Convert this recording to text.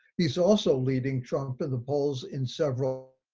he's also leading trump in the polls in several